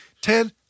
Ted